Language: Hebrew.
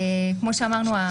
כמו שאמרנו,